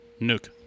Nuke